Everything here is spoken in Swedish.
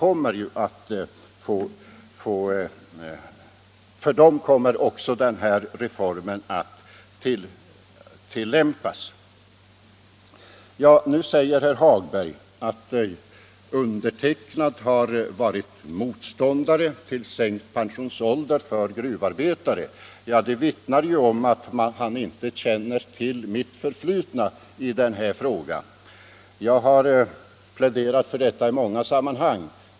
Också för dem kommer den här reformen att tillämpas. Nu säger herr Hagberg att jag har varit motståndare till sänkt pensionsålder för gruvarbetare. Det vittnar om att han inte känner till mitt förflutna i denna fråga. Jag har pläderat för detta i många sammanhang.